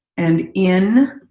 and in